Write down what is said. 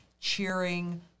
cheering